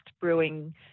brewing